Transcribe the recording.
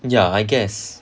ya I guess